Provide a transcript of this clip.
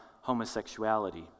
homosexuality